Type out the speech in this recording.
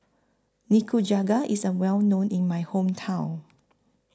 Nikujaga IS A Well known in My Hometown